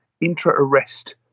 intra-arrest